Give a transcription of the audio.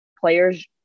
players